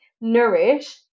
nourish